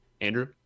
Andrew